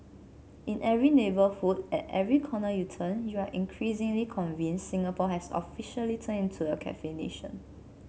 in every neighbourhood at every corner you turn you are increasingly convinced Singapore has officially turned into a cafe nation